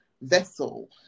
vessel